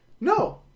no